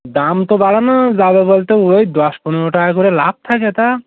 দাম তো বাড়ানো যাবে বলতে ওই দশ পনেরো টাকা করে লাভ থাকে তা